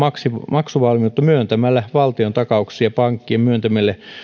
maksuvalmiutta myöntämällä valtiontakauksia pankkien myöntämille